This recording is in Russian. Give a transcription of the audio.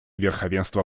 верховенство